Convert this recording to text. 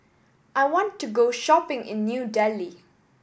I want to go shopping in New Delhi